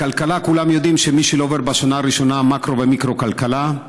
בכלכלה כולם יודעים שמי שלא עובר בשנה הראשונה מקרו ומיקרו כלכלה,